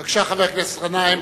בבקשה, חבר הכנסת גנאים,